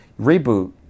reboot